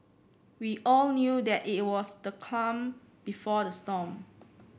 we all knew that it was the calm before the storm